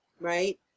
right